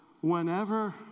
whenever